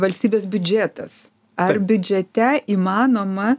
valstybės biudžetas ar biudžete įmanoma